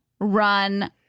run